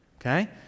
okay